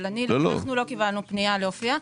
אבל אנחנו לא קיבלנו פנייה להופיע.